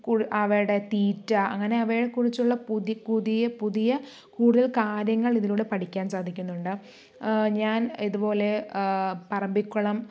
അവയുടെ തീറ്റ അങ്ങനെ അവയെ കുറിച്ചുള്ള പുതിയ പുതിയ കൂടുതൽ കാര്യങ്ങൾ ഇതിലൂടെ പഠിക്കാൻ സാധിക്കുന്നുണ്ട് ഞാൻ ഇതുപോലെ പറമ്പിക്കുളം